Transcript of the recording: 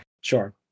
sure